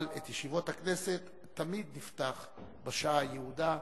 אבל את ישיבות הכנסת נפתח בשעה היעודה,